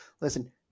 listen